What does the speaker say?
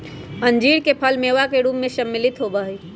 अंजीर के फल मेवा के रूप में सम्मिलित होबा हई